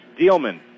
Dealman